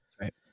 Right